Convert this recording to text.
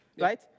right